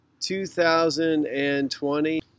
2020